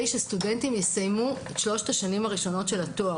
שסטודנטים יסיימו את שלוש השנים הראשונות של התואר.